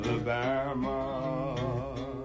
Alabama